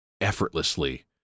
effortlessly